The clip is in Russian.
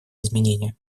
изменения